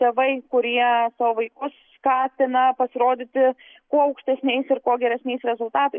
tėvai kurie savo vaikus skatina pasirodyti kuo aukštesniais ir kuo geresniais rezultatais